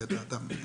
לדעתם.